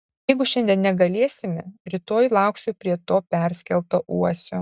jeigu šiandien negalėsime rytoj lauksiu prie to perskelto uosio